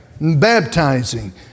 baptizing